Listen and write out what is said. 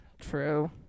True